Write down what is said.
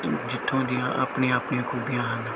ਜਿੱਥੋਂ ਦੀਆਂ ਆਪਣੀਆਂ ਆਪਣੀਆਂ ਖੂਬੀਆਂ ਹਨ